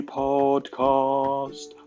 podcast